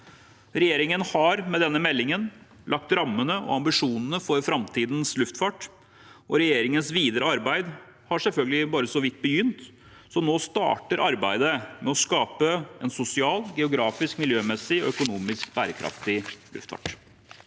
Regjeringen har med denne meldingen lagt rammene og ambisjonene for framtidens luftfart, og regjeringens videre arbeid har selvfølgelig bare så vidt begynt. Nå starter arbeidet med å skape en sosial, geografisk, miljømessig og økonomisk bærekraftig luftfart.